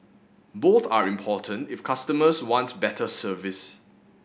both are important if customers want better service